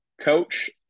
coach